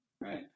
Right